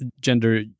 gender